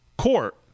court